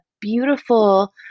beautiful